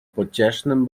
pociesznym